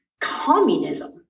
communism